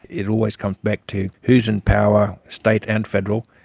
it always comes back to who's in power, state and federal,